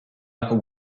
upper